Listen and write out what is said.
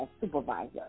supervisor